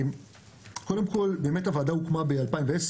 קודם כל באמת הוועדה הוקמה ב-2010,